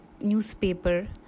newspaper